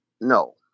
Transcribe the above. no